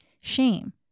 shame